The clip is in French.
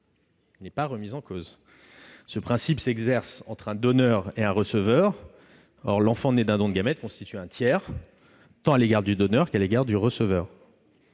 n'est pas remis en cause. Ce principe s'exerce entre un donneur et un receveur. Or l'enfant né d'un don de gamètes constitue un tiers, tant à l'égard du donneur qu'à l'égard du receveur.